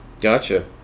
Gotcha